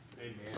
Amen